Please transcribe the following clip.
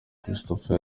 christopher